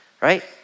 right